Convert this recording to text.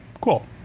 cool